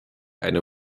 eine